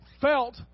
felt